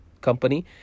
company